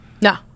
No